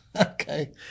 okay